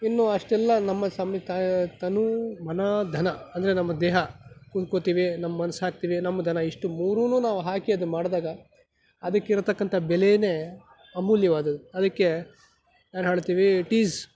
ಇನ್ನು ಅಷ್ಟೆಲ್ಲ ನಮ್ಮ ಸ ಮಿತ್ ತನು ಮನ ಧನ ಅಂದರೆ ನಮ್ಮ ದೇಹ ಕುಂತ್ಕೋತೀವಿ ನಮ್ಮ ಮನ್ಸು ಹಾಕ್ತೀವಿ ನಮ್ಮ ಧನ ಇಷ್ಟು ಮೂರುನು ನಾವು ಹಾಕಿ ಅದು ಮಾಡಿದಾಗ ಅದಕ್ಕಿರತಕ್ಕಂಥ ಬೆಲೆಯೇ ಅಮೂಲ್ಯವಾದದ್ದು ಅದಕ್ಕೆ ಏನು ಹೇಳ್ತೀವಿ ಇಟ್ ಇಸ್